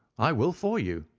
i will for you.